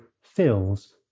fills